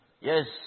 Yes